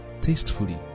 tastefully